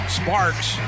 sparks